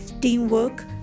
teamwork